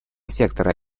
сектора